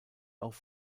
auch